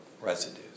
residues